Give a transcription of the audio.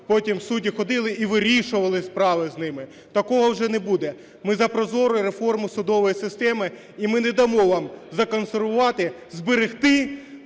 потім судді ходили і вирішували справи з ними. Такого вже не буде. Ми за прозору реформу судової системи. І ми не дамо вам законсервувати, зберегти